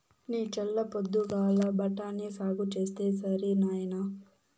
నీ చల్ల పొద్దుగాల బఠాని సాగు చేస్తే సరి నాయినా